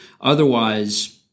Otherwise